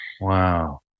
Wow